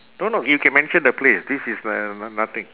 no no you can mention the place this is like uh n~ nothing